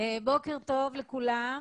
בוקר טוב לכולם.